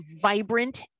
vibrant